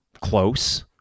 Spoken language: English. close